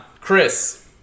Chris